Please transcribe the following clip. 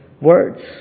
words